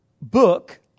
book